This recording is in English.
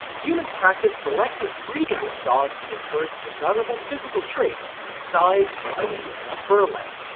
humans practiced selective breeding with dogs to encourage desirable physical traits like size, speed and fur length.